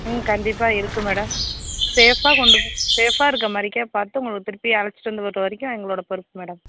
ம் கண்டிப்பாக இருக்கு மேடம் சேஃபாக கொண்டு சேஃபாக இருக்க மாதிரிக்கே பார்த்து உங்களை திருப்பி அழைச்சிட்டு வந்து விட்ற வரைக்கும் எங்களோட பொறுப்பு மேடம்